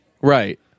Right